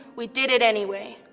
we did it anyway.